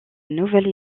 nouvelles